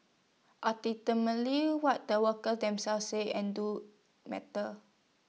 what the workers themselves say and do matters